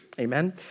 Amen